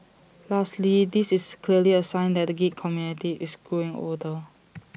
lastly this is clearly A sign that the geek community is growing older